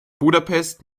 budapest